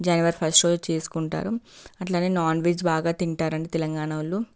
జనవరి first రోజు చేసుకుంటారు అట్లనే నాన్వెజ్ బాగా తింటారు తెలంగాణ వాళ్ళు